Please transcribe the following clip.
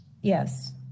Yes